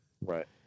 Right